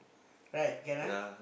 right can ah